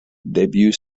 debut